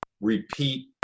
repeat